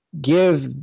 give